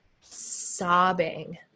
sobbing